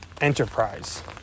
enterprise